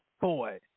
boy